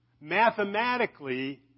Mathematically